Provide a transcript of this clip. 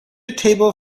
table